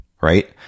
right